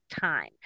time